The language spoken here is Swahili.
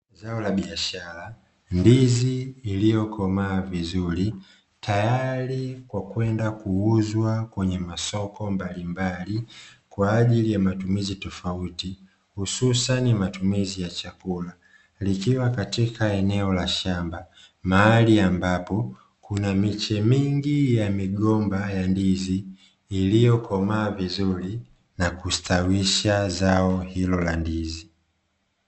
Zao la biashara, ndizi iliyo komaa vizuri tayari kwa kwenda kuuzwa kwenye masoko mbalimbali kwa ajili ya matumizi tofauti hususan matumizi ya chakula. likiwa katika eneo la shamba mahali ambapo kuna miche mingi ya migomba ya ndizi iliyo komaa vizuri na kustawisha zao hilo la ndizi.